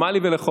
מה לי ולחוק?